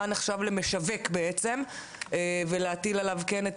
מה נחשב למשווק בעצם ולהטיל עליו כן את